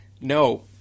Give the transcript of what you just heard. No